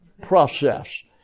process